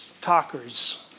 talkers